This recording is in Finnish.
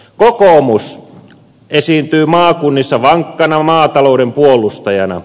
kokoomus esiintyy maakunnissa vankkana maatalouden puolustajana